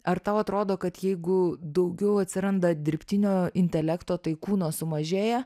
ar tau atrodo kad jeigu daugiau atsiranda dirbtinio intelekto tai kūno sumažėja